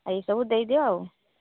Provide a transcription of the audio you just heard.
ଏଇସବୁ ଦେଇଦିଅ ଆଉ